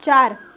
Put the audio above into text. चार